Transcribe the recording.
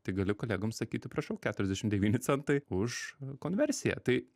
tai gali kolegom sakyti prašau keturiasdešim devyni centai už konversiją tai